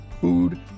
food